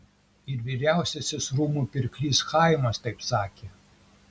ir vyriausiasis rūmų pirklys chaimas taip sakė